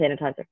sanitizer